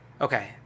Okay